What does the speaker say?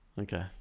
Okay